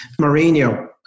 Mourinho